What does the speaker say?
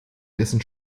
dessen